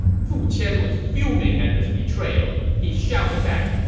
fu qian was fuming at this betrayal. he shouted back,